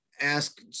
ask